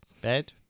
Bed